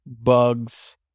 bugs